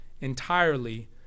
entirely